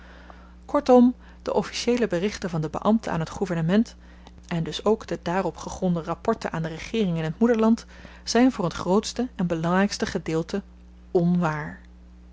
kortom de officieele berichten van de beambten aan het gouvernement en dus ook de daarop gegronde rapporten aan de regeering in t moederland zyn voor het grootste en belangrykste gedeelte onwaar